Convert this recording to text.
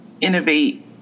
innovate